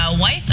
wife